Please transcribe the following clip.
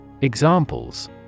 Examples